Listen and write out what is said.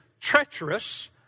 treacherous